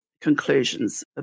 conclusions